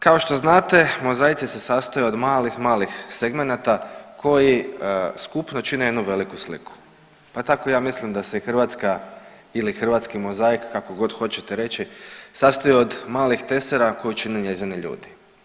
Kao što znate mozaici se sastoje od malih, malih segmenata koji skupno čine jednu veliku sliku, pa tako ja mislim da se Hrvatska ili hrvatski mozaik ili kako god hoćete reći sastoji od malih tesara koju čine njezini ljudi.